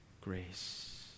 grace